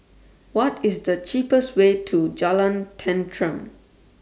What IS The cheapest Way to Jalan Tenteram